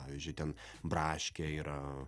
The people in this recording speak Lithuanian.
pavyzdžiui ten braškė yra